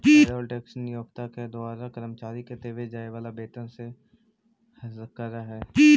payroll tax नियोक्ता के द्वारा कर्मचारि के देवे जाए वाला वेतन से कटऽ हई